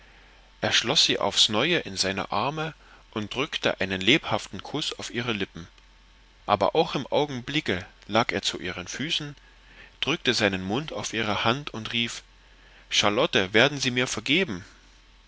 er schloß sie aufs neue in seine arme und drückte einen lebhaften kuß auf ihre lippen aber auch im augenblick lag er zu ihren füßen drückte seinen mund auf ihre hand und rief charlotte werden sie mir vergeben